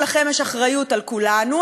לכם יש אחריות לכולנו,